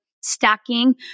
stacking